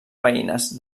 veïnes